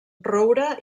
roure